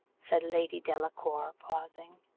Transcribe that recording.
said lady delacour, pausing,